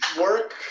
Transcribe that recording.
Work